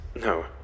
no